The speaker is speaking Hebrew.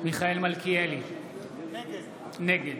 מיכאל מלכיאלי, נגד